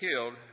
killed